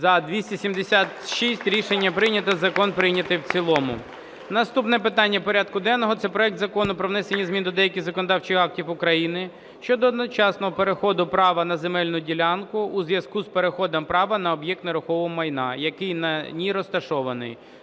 За-276 Рішення прийнято. Закон прийнятий в цілому. Наступне питання порядку денного – це проект Закону про внесення змін до деяких законодавчих актів України (щодо одночасного переходу прав на земельну ділянку у зв`язку з переходом прав на об'єкт нерухомого майна, який на ній розташовано)